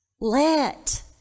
let